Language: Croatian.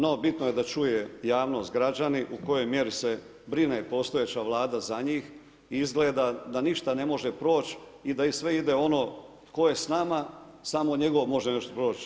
No bitno je da čuje javnost, građani, u kojoj mjeri se brine postojeća vlada za njih i izgleda da ništa ne može proć i da sve ide ono tko je s nama samo njegovo može nešto proć.